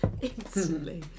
Instantly